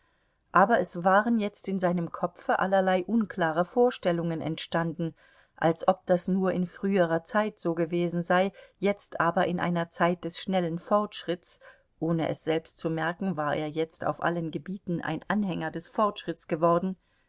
aber es waren jetzt in seinem kopfe allerlei unklare vorstellungen entstanden als ob das nur in früherer zeit so gewesen sei jetzt aber in einer zeit des schnellen fortschritts ohne es selbst zu merken war er jetzt auf allen gebieten ein anhänger des fortschritts geworden